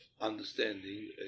understanding